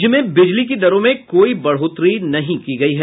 राज्य में बिजली की दरों में कोई बढ़ोतरी नहीं की गयी है